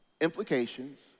implications